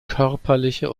körperliche